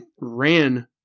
ran